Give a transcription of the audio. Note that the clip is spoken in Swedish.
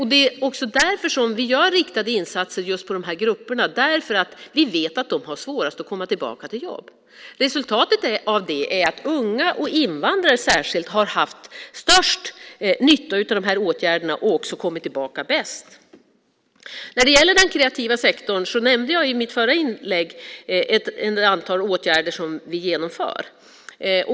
Det är därför vi gör riktade insatser på de här grupperna. Vi vet att de har svårast att komma tillbaka till jobb. Resultatet av det är att unga och framför allt invandrare har haft störst nytta av de här åtgärderna och kommit tillbaka bäst. När det gäller den kreativa sektorn nämnde jag i mitt förra inlägg ett antal åtgärder som vi genomför.